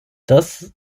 das